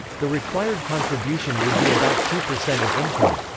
the required contribution would be about two percent of income.